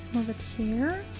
over here